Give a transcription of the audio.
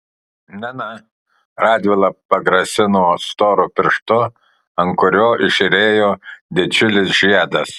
na na radvila pagrasino storu pirštu ant kurio žėrėjo didžiulis žiedas